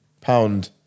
pound